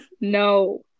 No